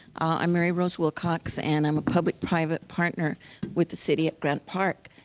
i'm mary rose wilcox, and i'm a public private partner with the city at grant park.